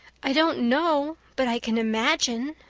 i don't know, but i can imagine,